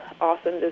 awesome